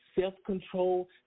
self-control